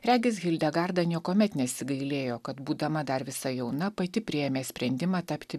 regis hildegarda niekuomet nesigailėjo kad būdama dar visa jauna pati priėmė sprendimą tapti